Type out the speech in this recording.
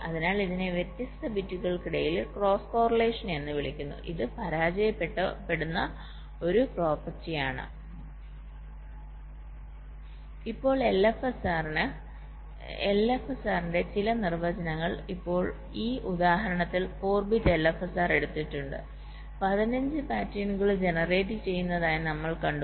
അതിനാൽ ഇതിനെ വ്യത്യസ്ത ബിറ്റുകൾക്കിടയിൽ ക്രോസ് കോറിലേഷൻ എന്ന് വിളിക്കുന്നു ഇത് പരാജയപ്പെടുന്ന ഒരു പ്രോപ്പർട്ടിയാണിത് ഇപ്പോൾ LFSR ന്റെ ചില നിർവചനങ്ങൾ ഇപ്പോൾ ഈ ഉദാഹരണത്തിൽ 4 ബിറ്റ് LFSR എടുത്തിട്ടുണ്ട് 15 പാറ്റേണുകൾ ജനറേറ്റ് ചെയ്തതായി നമ്മൾ കണ്ടു